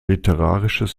literarisches